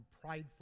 prideful